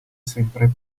sempre